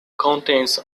contains